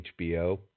HBO